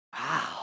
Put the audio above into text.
Wow